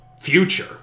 future